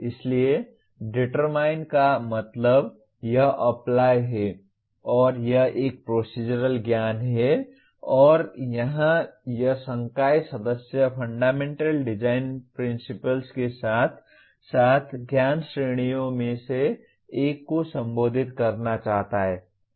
इसलिए डिटर्माइन का मतलब यह अप्लाई है और यह एक प्रोसीजरल ज्ञान है और यहां यह संकाय सदस्य फंडामेंटल डिज़ाइन प्रिंसिपल्स के साथ साथ ज्ञान श्रेणियों में से एक को संबोधित करना चाहता है